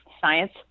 science